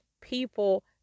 people